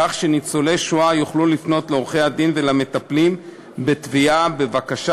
כך שניצולי השואה יוכלו לפנות לעורכי-הדין ולמטפלים בתביעה בבקשה